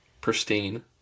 pristine